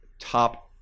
top